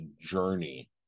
journey